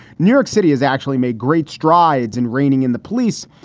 new york city has actually made great strides in reining in the police,